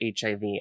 HIV